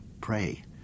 pray